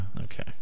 Okay